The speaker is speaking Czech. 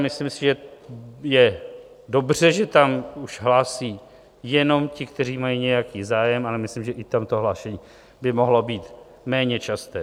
Myslím si, že je dobře, že tam už hlásí jenom ti, kteří mají nějaký zájem, ale myslím, že i tam by to hlášení mohlo být méně časté.